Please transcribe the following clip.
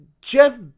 Jeff